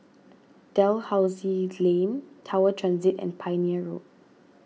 Dalhousie Lane Tower Transit and Pioneer Road